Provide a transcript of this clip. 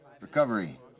Recovery